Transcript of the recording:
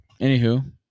Anywho